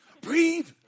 Breathe